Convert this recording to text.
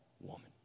woman